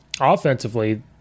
Offensively